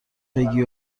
بگی